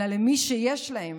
אלא למי שיש להם.